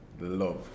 love